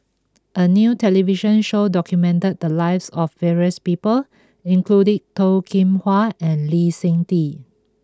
a new television show documented the lives of various people including Toh Kim Hwa and Lee Seng Tee